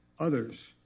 others